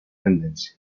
tendencia